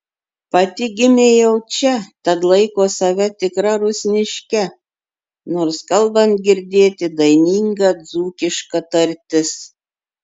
pati gimė jau čia tad laiko save tikra rusniške nors kalbant girdėti daininga dzūkiška tartis